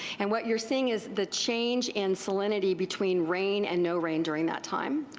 and what youire seeing is the change in salinity between rain and no rain during that time.